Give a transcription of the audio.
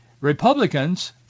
Republicans